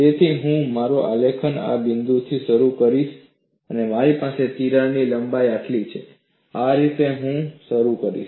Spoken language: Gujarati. તેથી હું મારો આલેખ આ બિંદુથી શરૂ કરીશ જો મારી પાસે તિરાડ લંબાઈ આટલી છે આ રીતે હું શરૂ કરીશ